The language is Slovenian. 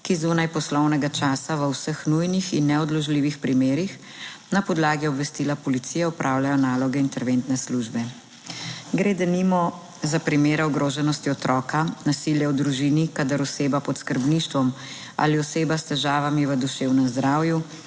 ki zunaj poslovnega časa v vseh nujnih in neodložljivih primerih na podlagi obvestila policije opravljajo naloge interventne službe. Gre denimo za primere ogroženosti otroka, nasilja v družini, kadar oseba pod skrbništvom ali oseba s težavami v duševnem zdravju